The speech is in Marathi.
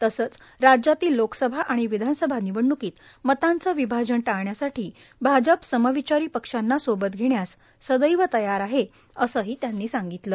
तसंच राज्यातील लोकसभा आणि विधानसभा निवडण्कीत मतांचे विभाजन टाळण्यासाठी भाजप समविचारी पक्षांना सोबत घेण्यास सदैव तयार आहे असे त्यांनी सांगितले